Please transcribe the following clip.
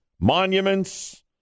monuments